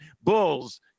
Bulls